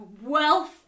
wealth